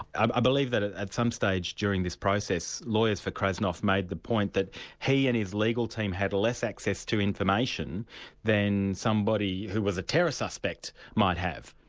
i believe that at at some stage during this process, lawyers for krasnov made the point that he and his legal team had less access to information than somebody who was a terror suspect might have.